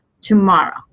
tomorrow